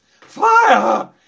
Fire